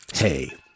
Hey